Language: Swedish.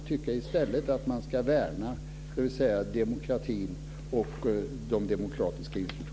Jag tycker i stället att man ska värna demokratin och de demokratiska institutionerna.